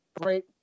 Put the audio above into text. great